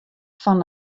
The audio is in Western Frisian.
fan